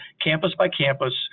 campus-by-campus